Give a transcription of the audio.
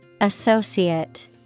Associate